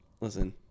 Listen